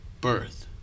birth